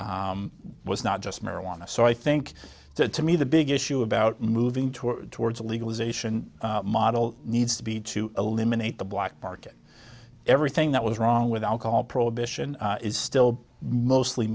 was not just marijuana so i think that to me the big issue about moving toward towards legalization model needs to be to eliminate the black market everything that was wrong with alcohol prohibition is still mostly